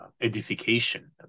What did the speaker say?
edification